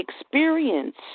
experience